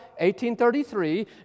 1833